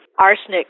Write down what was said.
arsenic